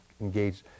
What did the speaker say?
engaged